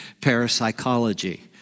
parapsychology